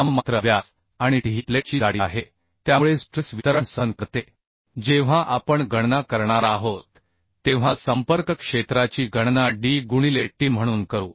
नाममात्र व्यास आणि t ही प्लेटची जाडी आहे त्यामुळे स्ट्रेस वितरण सहन करते जेव्हा आपण गणना करणार आहोत तेव्हा संपर्क क्षेत्राची गणना d गुणिले t म्हणून करू